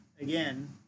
again